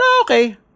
okay